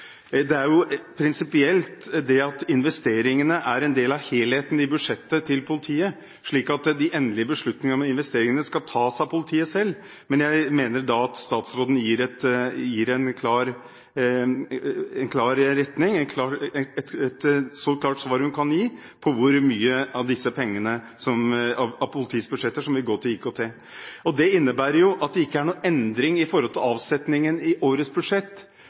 Det er jo prinsipielt det at investeringene er en del av helheten i budsjettet til politiet, slik at de endelige beslutningene om investeringene skal tas av politiet selv, og jeg mener statsråden gir et så klart svar som hun kan på hvor mye av disse pengene i politiets budsjetter som vil gå til IKT. Det innebærer at det ikke er noen endring i forhold til avsetningen i årets budsjett.